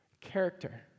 Character